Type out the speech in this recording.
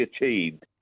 achieved